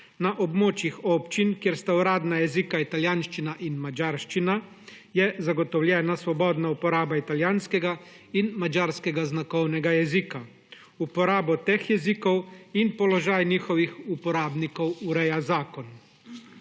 Na območjih občin, kjer sta uradna jezika italijanščina in madžarščina, je zagotovljena svobodna uporaba italijanskega in madžarskega znakovnega jezika. Uporabo teh jezikov in položaj njihovih uporabnikov ureja zakon.